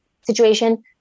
situation